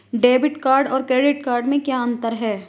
Debit card और credit card में क्या अंतर है?